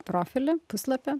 profilį puslapį